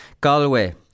Galway